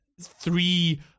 three